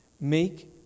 Make